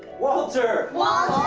walter! walter!